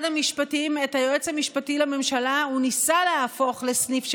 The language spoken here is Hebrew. היועץ המשפטי לממשלה הוא ניסה להפוך לסניף שלו,